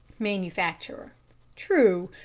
manufacturer true!